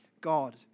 God